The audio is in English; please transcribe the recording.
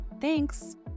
Thanks